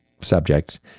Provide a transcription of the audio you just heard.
subjects